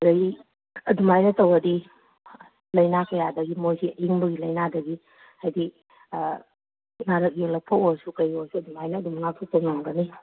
ꯑꯗꯒꯤ ꯑꯗꯨꯃꯥꯏꯅ ꯇꯧꯔꯗꯤ ꯂꯥꯏꯅꯥ ꯀꯌꯥꯗꯒꯤ ꯃꯣꯏꯁꯤ ꯏꯪꯕꯒꯤ ꯂꯥꯏꯅꯥꯗꯒꯤ ꯍꯥꯏꯗꯤ ꯅꯥꯔꯛ ꯌꯦꯛꯂꯛꯄ ꯑꯣꯏꯔꯁꯨ ꯀꯔꯤ ꯑꯣꯏꯔꯁꯨ ꯑꯗꯨꯃꯥꯏꯅ ꯑꯗꯨꯝ ꯉꯥꯛꯊꯣꯛꯄ ꯉꯝꯒꯅꯤ